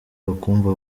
bakumva